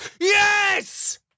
Yes